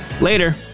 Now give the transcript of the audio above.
later